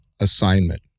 assignment